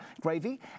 gravy